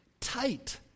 Tight